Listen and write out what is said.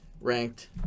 ranked